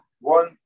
one